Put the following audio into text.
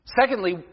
Secondly